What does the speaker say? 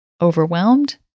Overwhelmed